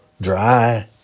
dry